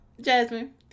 Jasmine